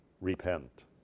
repent